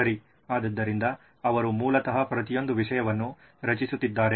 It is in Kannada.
ಸರಿ ಆದ್ದರಿಂದ ಅವರು ಮೂಲತಃ ಪ್ರತಿಯೊಂದು ವಿಷಯವನ್ನು ರಚಿಸುತ್ತಿದ್ದಾರೆ